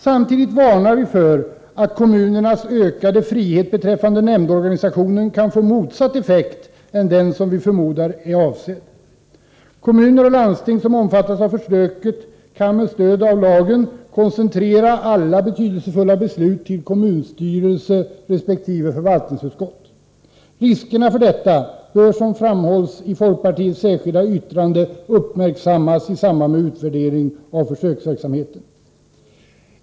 Samtidigt varnar vi för att kommunernas ökade frihet beträffande nämndorganisationen kan få en effekt motsatt den som vi förmodar är avsedd. Kommuner och landsting som omfattas av försöket kan med stöd av lagen koncentrera alla betydelsefulla beslut till kommunstyrelse resp. förvaltningsutskott. Riskerna för detta bör, som framhålls i folkpartiets särskilda yttrande, uppmärksammas i samband med utvärderingen av försöksverksamheten.